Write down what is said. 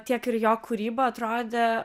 tiek ir jo kūryba atrodė